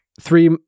Three